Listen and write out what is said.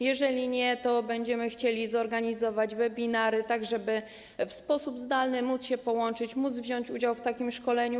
Jeżeli nie, to będziemy chcieli zorganizować webinary, tak żeby w sposób zdalny móc się połączyć, móc wziąć udział w takim szkoleniu.